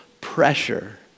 pressure